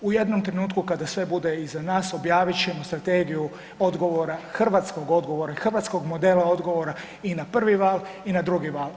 U jednom trenutku kada sve bude iza nas objavit ćemo strategiju odgovora, hrvatskog odgovora, hrvatskog modela odgovora i na prvi val i na drugi val.